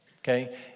okay